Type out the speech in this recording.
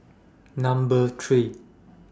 Number three